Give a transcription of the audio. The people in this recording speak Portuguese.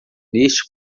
neste